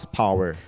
power